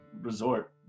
resort